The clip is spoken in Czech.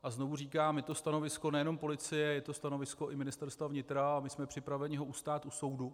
A znovu říkám, je to stanovisko nejen policie, je to stanovisko i Ministerstva vnitra a my jsme připraveni ho ustát u soudu.